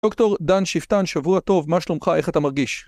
דוקטור דן שפטן, שבוע טוב, מה שלומך? איך אתה מרגיש?